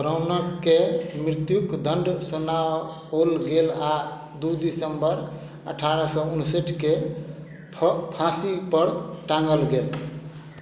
ब्राउनके मृत्युक दण्ड सुनाओल गेल आ दू दिसम्बर अठारह सए उनसैठ के फाँसी पर टाँगल गेल